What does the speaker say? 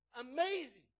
amazing